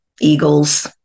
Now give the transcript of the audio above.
Eagles